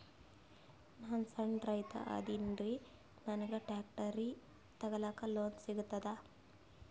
ನಾನ್ ಸಣ್ ರೈತ ಅದೇನೀರಿ ನನಗ ಟ್ಟ್ರ್ಯಾಕ್ಟರಿ ತಗಲಿಕ ಲೋನ್ ಸಿಗತದ?